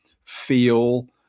feel